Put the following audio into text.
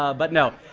ah but no,